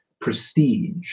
prestige